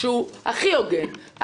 הוא הכי הוגן,